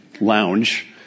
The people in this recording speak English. lounge